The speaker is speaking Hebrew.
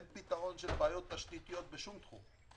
אין פתרון של בעיות תשתיתיות בשום תחום.